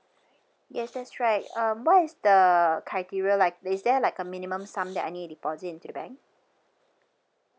yes that's right um what is the criteria like is there like a minimum sum that I need to deposit into the bank